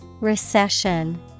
Recession